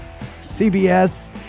CBS